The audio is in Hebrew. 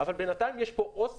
אבל בינתיים, יש פה אוסף